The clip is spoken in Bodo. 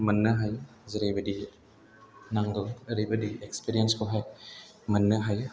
मोननो हायो जेरैबादि नांगौ एरैबादि इक्सपिरियेन्सखौहाय मोननो हायो